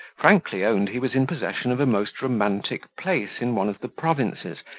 frankly owned he was in possession of a most romantic place in one of the provinces,